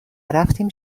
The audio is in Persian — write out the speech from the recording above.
رفتیم